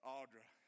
Audra